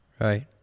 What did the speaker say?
Right